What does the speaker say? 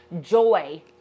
Joy